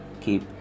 keep